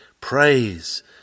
praise